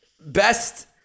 Best